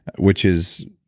which is,